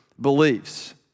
beliefs